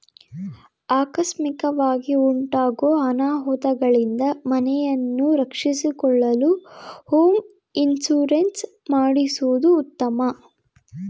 ಆಕಸ್ಮಿಕವಾಗಿ ಉಂಟಾಗೂ ಅನಾಹುತಗಳಿಂದ ಮನೆಯನ್ನು ರಕ್ಷಿಸಿಕೊಳ್ಳಲು ಹೋಮ್ ಇನ್ಸೂರೆನ್ಸ್ ಮಾಡಿಸುವುದು ಉತ್ತಮ